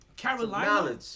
Carolina